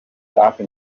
safi